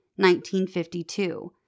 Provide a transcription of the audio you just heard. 1952